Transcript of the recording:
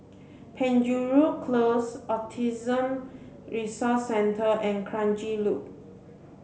Penjuru Close Autism Resource Centre and Kranji Loop